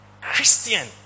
Christian